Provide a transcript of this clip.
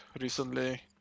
recently